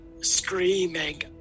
Screaming